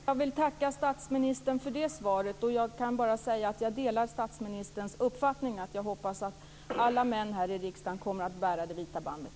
Herr talman! Jag vill tacka statsministern för det svaret, och jag kan bara säga att jag delar statsministerns uppfattning och hoppas att alla män här i riksdagen kommer att bära det vita bandet.